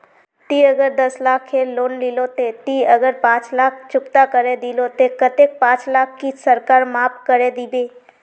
ती अगर दस लाख खेर लोन लिलो ते ती अगर पाँच लाख चुकता करे दिलो ते कतेक पाँच लाख की सरकार माप करे दिबे?